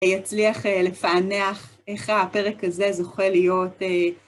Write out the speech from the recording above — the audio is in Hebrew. יצליח לפענח איך הפרק הזה זוכה להיות.